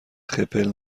خپل